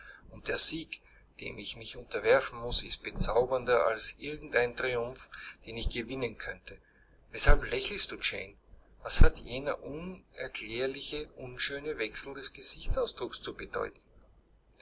und der sieg dem ich mich unterwerfen muß ist bezaubernder als irgend ein triumph den ich gewinnen könnte weshalb lächelst du jane was hat jener unerklärliche unschöne wechsel des gesichtsausdrucks zu bedeuten